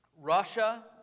Russia